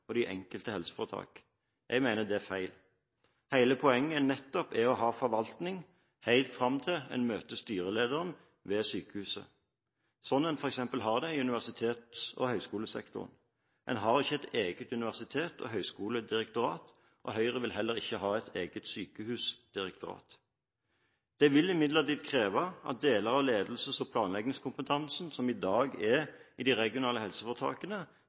og de enkelte helseforetakene. Jeg mener det er feil. Hele poenget er nettopp å ha forvaltning helt fram til man møter styrelederen ved sykehuset, slik man f.eks. har det i universitets- og høyskolesektoren. Man har ikke et eget universitets- og høyskoledirektorat, og Høyre vil heller ikke ha et eget sykehusdirektorat. Det vil imidlertid kreve at deler av ledelses- og planleggingskompetansen, som i dag er i de regionale helseforetakene,